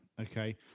okay